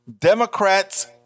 Democrats